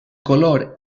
color